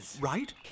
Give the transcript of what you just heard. Right